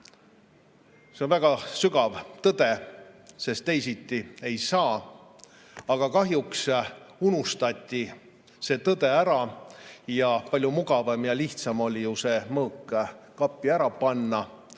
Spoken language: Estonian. See on väga sügav tõde, sest teisiti ei saa. Aga kahjuks unustati see tõde ära. Palju mugavam ja lihtsam oli ju mõõk kappi ära panna